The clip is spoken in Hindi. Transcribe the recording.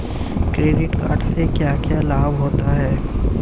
क्रेडिट कार्ड से क्या क्या लाभ होता है?